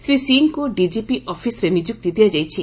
ଶ୍ରୀ ସିଂଙ୍କୁ ଡିଜିପି ଅଫିସ୍ରେ ନିଯୁକ୍ତି ଦିଆଯାଇଛି